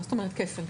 מה זאת אומרת כפל?